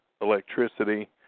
electricity